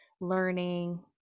learning